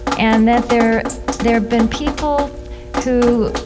and that there there have been people who,